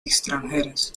extranjeras